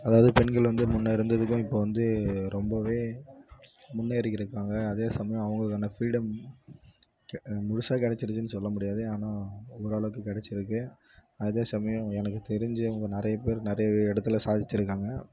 அதாவது பெண்கள் வந்து முன்னே இருந்ததுக்கும் இப்போது வந்து ரொம்பவே முன்னேறி இருக்காங்க அதே சமயம் அவங்களுக்கான ஃப்ரீடம் கெ முழுசாக கெடச்சிருச்சுன்னு சொல்ல முடியாது ஆனால் ஓரளவுக்கு கிடைச்சிருக்கு அதேசமயம் எனக்கு தெரிஞ்சவங்க நிறைய பேர் நிறைய இடத்துல சாதிச்சிருக்காங்க